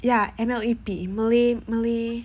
ya I know malay malay